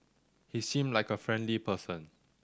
he seemed like a friendly person